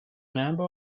number